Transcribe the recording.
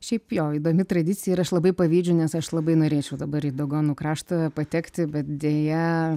šiaip jo įdomi tradicija ir aš labai pavydžiu nes aš labai norėčiau dabar į dogonų kraštą patekti bet deja